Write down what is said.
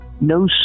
No